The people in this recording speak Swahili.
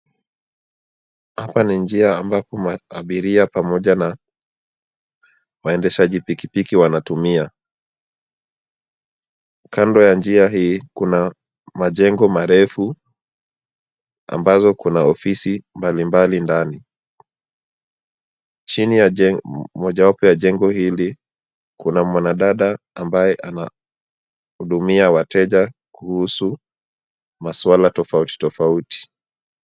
Hapa ni njia ambapo abiria pamoja na waendeshaji pikipiki wanatumia. Kando ya njia hii kuna majengo marefu ambazo kuna ofisi mbalimbali ndani. Chini ya mojawapo ya jengo hili, kuna mwanadada ambaye anahudumia wateja kuhusu maswala tofauti tofauti.